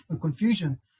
confusion